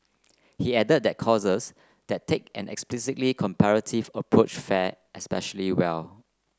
he added that courses that take an explicitly comparative approach fare especially well